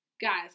Guys